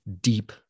deep